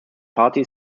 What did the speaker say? party